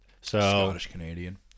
Scottish-Canadian